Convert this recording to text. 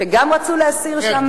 שגם רצו להסיר את